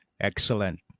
Excellent